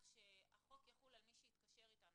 שהחוק יחול על מי שהתקשר אתנו,